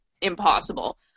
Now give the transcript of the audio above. impossible